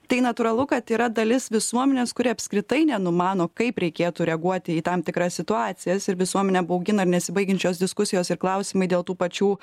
tai natūralu kad yra dalis visuomenės kuri apskritai nenumano kaip reikėtų reaguoti į tam tikras situacijas ir visuomenę baugina ir nesibaigiančios diskusijos ir klausimai dėl tų pačių